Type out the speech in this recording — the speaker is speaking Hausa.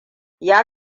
ya